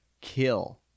kill